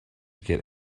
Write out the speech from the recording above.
get